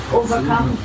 overcome